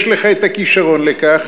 יש לך הכישרון לכך,